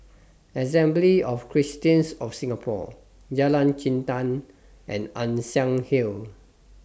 Assembly of Christians of Singapore Jalan Jintan and Ann Siang Hill